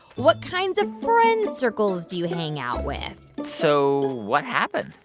what kinds of friend circles do you hang out with? so what happened?